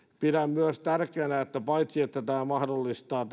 pidän tärkeänä myös että paitsi että tämä mahdollistaa